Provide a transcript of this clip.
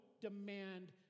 demand